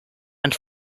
and